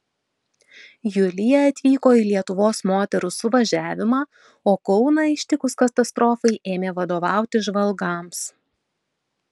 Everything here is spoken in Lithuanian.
julija atvyko į lietuvos moterų suvažiavimą o kauną ištikus katastrofai ėmė vadovauti žvalgams